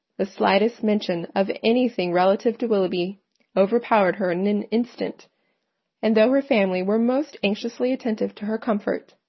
the slightest mention of anything relative to willoughby overpowered her in an instant and though her family were most anxiously attentive to her comfort,